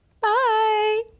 Bye